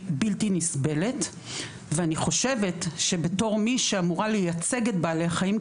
בלתי נסבלת ואני חושבת שבתור מי שאמורה לייצג את בעלי החיים,